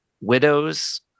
widows